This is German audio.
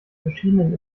verschiedenen